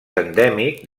endèmic